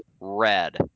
red